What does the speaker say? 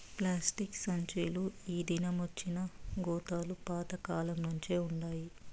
plastic సంచీలు ఈ దినమొచ్చినా గోతాలు పాత కాలంనుంచే వుండాయి